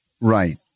Right